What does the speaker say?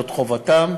זאת חובתם,